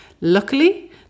Luckily